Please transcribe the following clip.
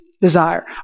desire